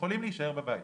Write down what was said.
יכולים להישאר בבית.